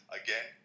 again